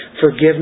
forgiveness